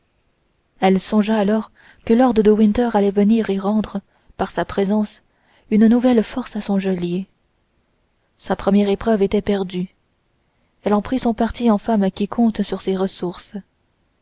elle songea alors que lord de winter allait venir et rendre par sa présence une nouvelle force à son geôlier sa première épreuve était perdue elle en prit son parti en femme qui compte sur ses ressources